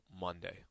Monday